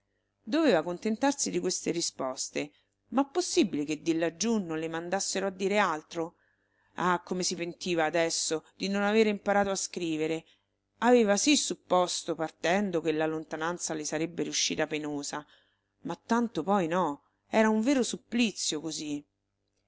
doveva contentarsi di queste risposte ma possibile che di laggiù non le mandassero a dire altro ah come si pentiva adesso di non avere imparato a scrivere aveva sì supposto partendo che la lontananza le sarebbe riuscita penosa ma tanto poi no era un vero supplizio così